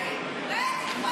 רדי כבר.